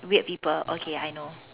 weird people okay I know